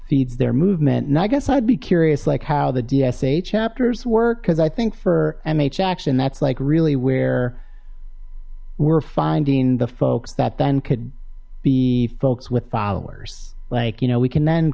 feeds their movement and i guess i'd be curious like how the dsa chapters work because i think for mhm action that's like really where we're finding the folks that then could be folks with followers like you know we can